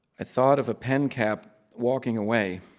i thought of a pen cap walking away.